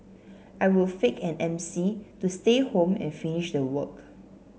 I would fake an M C to stay home and finish the work